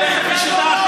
שיטה.